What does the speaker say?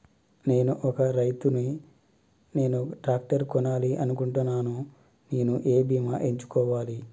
నేను ఒక రైతు ని నేను ట్రాక్టర్ కొనాలి అనుకుంటున్నాను నేను ఏ బీమా ఎంచుకోవాలి?